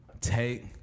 Take